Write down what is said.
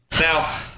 Now